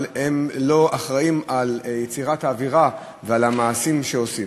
אבל הם לא אחראים ליצירת האווירה ולמעשים שעושים.